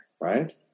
Right